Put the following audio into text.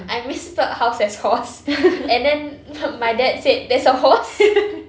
I misspelled house as horse and then my dad said there's a horse